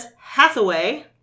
Hathaway